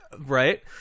right